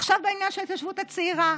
עכשיו בעניין של ההתיישבות הצעירה.